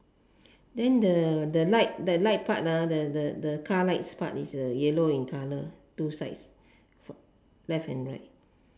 then the the light the light part ah the the the car lights part is yellow in colour two sides left and right